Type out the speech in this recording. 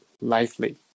lively